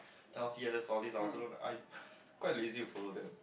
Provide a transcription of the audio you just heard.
L_C_S all these I also don't I quite lazy to follow them